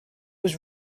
was